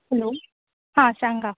hello आं सांगा